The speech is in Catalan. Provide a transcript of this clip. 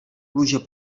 pluja